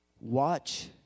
watch